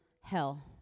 hell